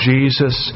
Jesus